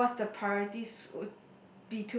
of course the priorities would